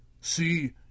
See